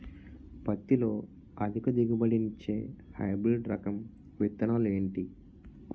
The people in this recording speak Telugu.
పత్తి లో అధిక దిగుబడి నిచ్చే హైబ్రిడ్ రకం విత్తనాలు ఏంటి